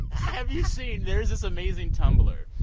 have you seen there is this amazing tumblr.